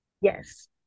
Yes